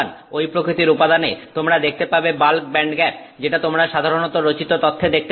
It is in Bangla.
ঐ প্রকৃতির উপাদানে তোমরা দেখতে পাবে বাল্ক ব্যান্ডগ্যাপ যেটা তোমরা সাধারণত রচিত তথ্যে দেখতে পাবে